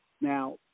Now